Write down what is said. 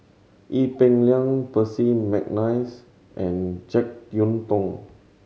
Ee Peng Liang Percy McNeice and Jek Yeun Thong